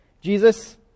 Jesus